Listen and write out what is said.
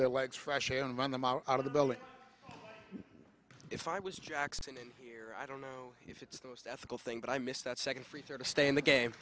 their legs fresh air and run them out of the building if i was jackson in here i don't know if it's the most ethical thing but i missed that second freezer to stay in the game